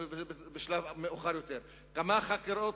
בשלב מאוחר יותר: כמה חקירות,